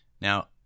Now